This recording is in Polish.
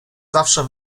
zawsze